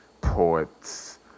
poets